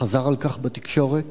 חזר על כך בתקשורת,